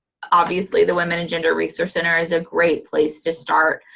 obviously, the women and gender resource center is a great place to start.